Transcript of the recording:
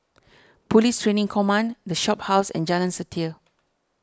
Police Training Command the Shophouse and Jalan Setia